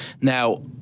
Now